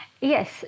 Yes